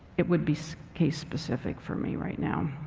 it would be so case specific for me right now.